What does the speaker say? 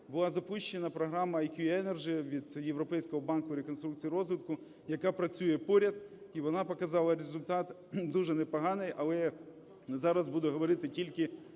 була запущена програма "IQ energy" від Європейського банку реконструкції і розвитку, яка працює поряд, і вона показала результат дуже непоганий, але зараз буду говорити тільки